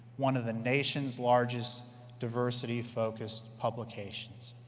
one of the nation's largest diversity-focused publications.